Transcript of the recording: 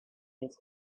years